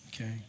Okay